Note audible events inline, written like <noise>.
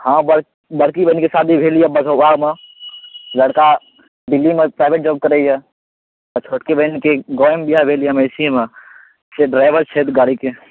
हँ ब बड़की बहिनके शादी भेल यऽ <unintelligible> लड़का दिल्लीमे प्राइवेट जॉब करैया आ छोटकी बहिनके गाँवेमे बिआह भेल महिषीएमे से ड्राइवर छथि गाड़ीके